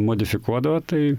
modifikuodavo tai